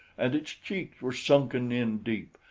and its cheeks were sunken in deep,